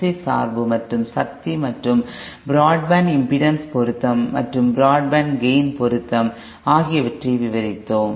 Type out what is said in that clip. C சார்பு மற்றும் சக்தி மற்றும் பிராட்பேண்ட் இம்பிடன்ஸ் பொருத்தம் மற்றும் பிராட்பேண்ட் கேய்ன் பொருத்தம் ஆகியவற்றை விவரித்தோம்